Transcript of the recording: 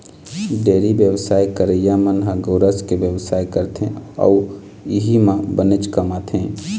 dairy बेवसाय करइया मन ह गोरस के बेवसाय करथे अउ इहीं म बनेच कमाथे